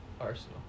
Arsenal